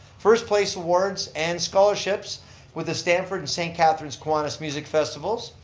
first place awards and scholarships with a stamford and st. catharines kiwanis music festivals,